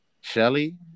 Shelly